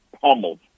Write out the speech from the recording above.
pummeled